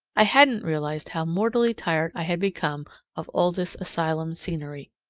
i hadn't realized how mortally tired i had become of all this asylum scenery.